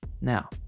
Now